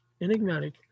enigmatic